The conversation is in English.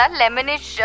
lemonish